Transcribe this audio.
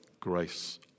grace